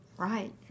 right